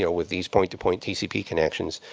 yeah with these point-to-point tcp connections.